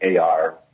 AR